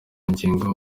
ngingo